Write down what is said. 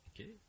Okay